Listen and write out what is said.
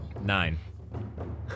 Nine